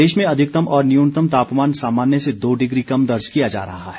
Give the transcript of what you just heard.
प्रदेश में अधिकतम और न्यूनतम तापमान सामान्य से दो डिग्री कम दर्ज किया जा रहा है